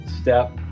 step